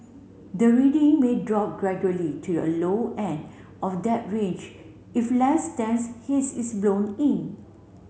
the reading may drop gradually to a low end of that range if less dense haze is blown in